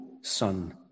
Son